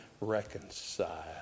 reconcile